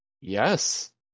Yes